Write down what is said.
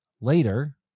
later